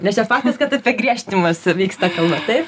nes čia faktas kad apie griežtinimus vyksta kalba taip